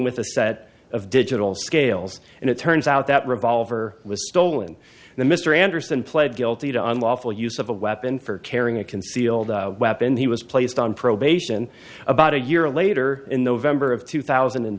with a set of digital scales and it turns out that revolver was stolen the mr anderson pled guilty to unlawful use of a weapon for carrying a concealed weapon he was placed on probation about a year later in the vendor of two thousand and